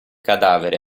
cadavere